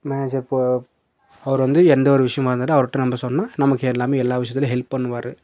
manager இப்போது அவர் வந்து எந்த ஒரு விஷயமாருந்தாலும் அவருட்ட நம்ப சொன்னால் நமக்கு எல்லாமே எல்லா விஷயத்துலையும் ஹெல்ப் பண்ணுவார்